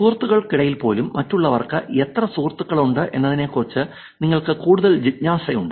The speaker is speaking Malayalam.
സുഹൃത്തുക്കൾക്കിടയിൽ പോലും മറ്റുള്ളവർക്ക് എത്ര സുഹൃത്തുക്കളുണ്ട് എന്നതിനെക്കുറിച്ച് നിങ്ങൾക്ക് കൂടുതൽ ജിജ്ഞാസയുണ്ട്